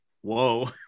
Whoa